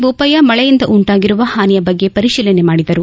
ಜೋಪಯ್ನ ಮಳೆಯಿಂದ ಉಂಟಾಗಿರುವ ಹಾನಿ ಬಗ್ಗೆ ಪರಿತೀಲನೆ ಮಾಡಿದರು